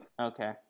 okay